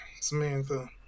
Samantha